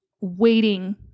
waiting